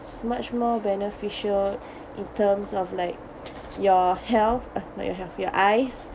it's much more beneficial in terms of like your health uh not your health your eyes